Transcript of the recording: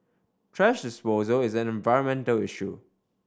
thrash disposal is an environmental issue